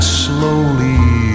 slowly